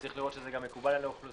צריך לראות גם שזה מקובל על האוכלוסייה.